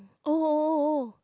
oh oh oh oh oh